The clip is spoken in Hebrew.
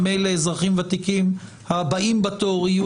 ממילא אזרחים ותיקים ממילא אזרחים ותיקים הבאים בתור יהיו